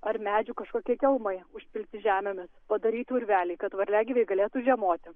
ar medžių kažkokie kelmai užpilti žemėmis padaryti urveliai kad varliagyviai galėtų žiemoti